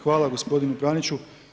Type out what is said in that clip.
Hvala gospodinu Praniću.